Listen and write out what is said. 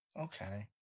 okay